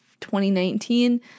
2019